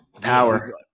Power